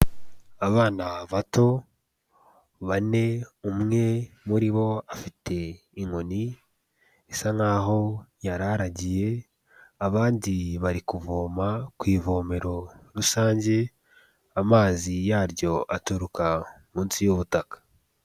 Abana bato bane, umwe muri bo afite inkoni isa nkaho yari aragiye, abandi bari kuvoma ku ivomero rusange amazi yaryo aturuka munsi y'ubutaka.